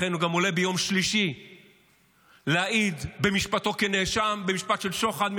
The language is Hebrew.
לכן הוא גם עולה ביום שלישי להעיד במשפטו כנאשם במשפט של שוחד,